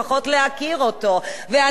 ואני קוראת את עיתון "הארץ",